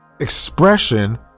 expression